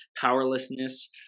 powerlessness